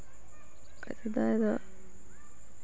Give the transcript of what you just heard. ᱵᱟᱠᱷᱟᱱ ᱥᱮᱫᱟᱭ ᱫᱚ